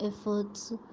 efforts